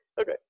Okay